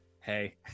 hey